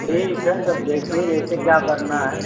ठीक है तब देखिए जैसे क्या करना है